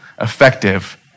effective